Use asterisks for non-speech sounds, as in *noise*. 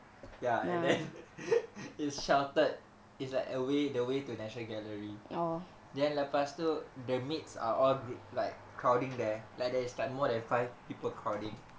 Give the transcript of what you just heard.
ya and then *laughs* he shouted it's like a way the way to national gallery then lepas tu the maids are all group like crowding there like there's like more than five people crowding